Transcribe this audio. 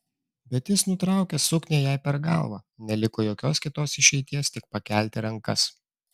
bet jis nutraukė suknią jai per galvą neliko jokios kitos išeities tik pakelti rankas